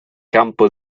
campo